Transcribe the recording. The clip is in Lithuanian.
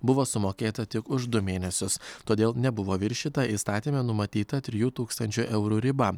buvo sumokėta tik už du mėnesius todėl nebuvo viršyta įstatyme numatyta trijų tūkstančių eurų riba